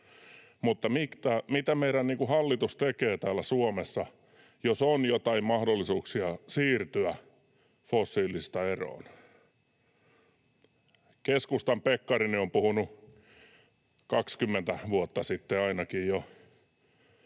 mutta mitä meidän hallituksemme tekee täällä Suomessa, jos on jotain mahdollisuuksia siirtyä fossiilisista eroon: Keskustan Pekkarinen on puhunut 20 vuotta sitten ainakin jo